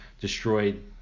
destroyed